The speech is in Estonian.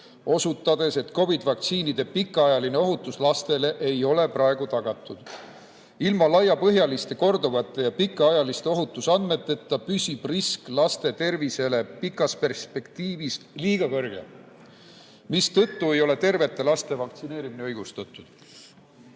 osutades, et COVID-i‑vaktsiinide pikaajaline ohutus lastele ei ole praegu tagatud. Ilma laiapõhjaliste ja korduvate [uuringuteta] ja pikaajaliste ohutusandmeteta püsib risk laste tervisele pikas perspektiivis liiga kõrge, mistõttu ei ole tervete laste vaktsineerimine õigustatud.